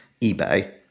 eBay